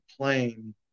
plane